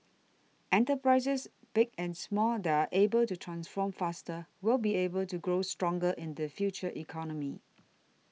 enterprises big and small that are able to transform faster will be able to grow stronger in the future economy